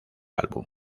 álbum